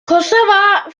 kosova